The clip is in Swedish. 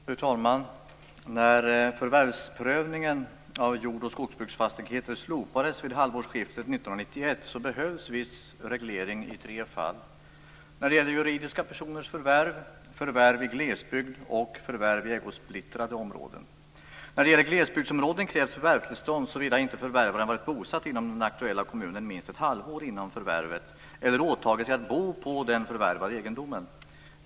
Fru talman! När förvärvsprövningen av jord och skogsbruksfastigheter slopades vid halvårsskiftet När det gäller glesbygdsområden krävs förvärvstillstånd såvida inte förvärvaren varit bosatt inom den aktuella kommunen minst ett halvår före förvärvet eller åtagit sig att bo på den förvärvade egendomen.